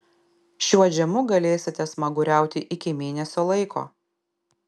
šiuo džemu galėsite smaguriauti iki mėnesio laiko